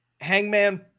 Hangman